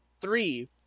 Three